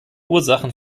ursachen